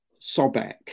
Sobek